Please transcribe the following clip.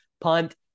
punt